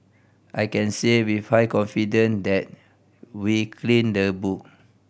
I can say with high confidence that we've cleaned the book